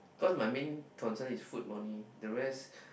cause my main concern is food only the rest